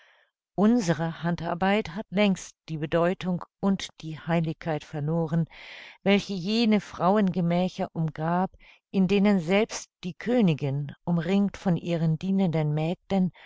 unsere handarbeit hat längst die bedeutung und die heiligkeit verloren welche jene frauengemächer umgab in denen selbst die königin umringt von ihren dienenden mägden